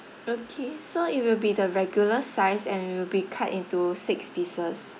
okay so it will be the regular size and it will be cut into six pieces